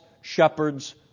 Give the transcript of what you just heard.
shepherds